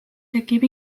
tekib